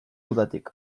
udatik